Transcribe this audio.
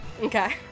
Okay